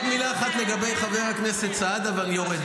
רק מילה אחת לגבי חבר הכנסת סעדה, ואני יורד.